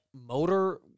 motor